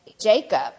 Jacob